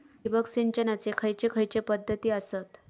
ठिबक सिंचनाचे खैयचे खैयचे पध्दती आसत?